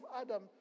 Adam